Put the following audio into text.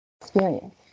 experience